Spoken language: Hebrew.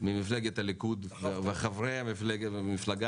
ממפלגת הליכוד ומחברי המפלגה.